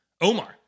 Omar